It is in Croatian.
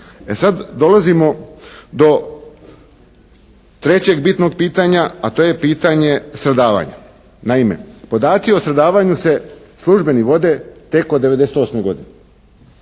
E sad dolazimo do trećeg bitnog pitanja, a to je pitanje stradavanja. Naime, podaci o stradavanju se službeni vode tek od '98. godine.